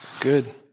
Good